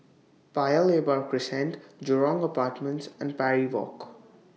Paya Lebar Crescent Jurong Apartments and Parry Walk